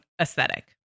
aesthetic